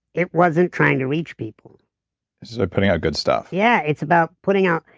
it wasn't trying to reach people it's just putting out good stuff yeah, it's about putting out,